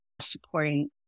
supporting